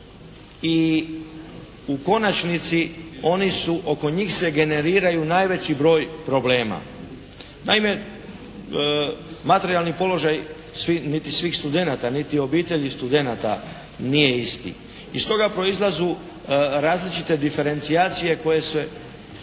i u konačnici oko njih se generira najveći broj problema. Naime, materijalni položaj niti svih studenata niti obitelji studenata nije isti. Iz toga proizlaze različite diferencijacije koje se